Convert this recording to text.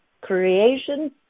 Creation